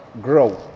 grow